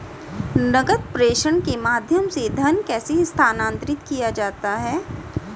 नकद प्रेषण के माध्यम से धन कैसे स्थानांतरित किया जाता है?